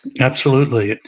absolutely.